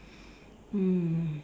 mm